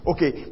Okay